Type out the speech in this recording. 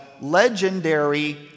legendary